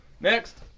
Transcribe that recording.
Next